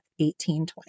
1820